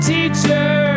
Teacher